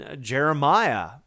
Jeremiah